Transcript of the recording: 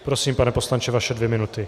Prosím, pane poslanče, vaše dvě minuty.